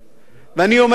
ואני אומר את זה לכם,